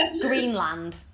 Greenland